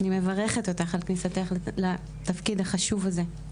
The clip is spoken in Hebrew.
אני מברכת אותך על כניסתך לתפקיד החשוב הזה.